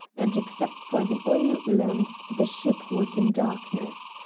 and, except for the oil lamps, the ship was in darkness.